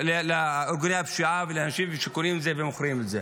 לארגוני הפשיעה ולאנשים שקונים את זה ומוכרים את זה.